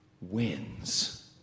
wins